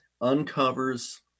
uncovers